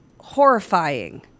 horrifying